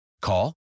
Call